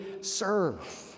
serve